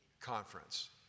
conference